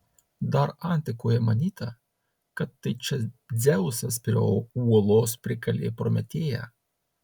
dar antikoje manyta kad tai čia dzeusas prie uolos prikalė prometėją